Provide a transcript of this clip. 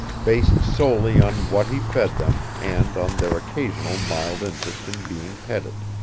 based solely on what he fed them and on their occasional mild interest in being petted.